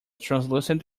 translucent